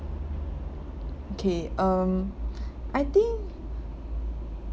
okay um I think